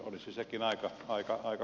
olisi sekin aika kova tavoite